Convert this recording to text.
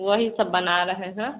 वही सब बना रहे हैं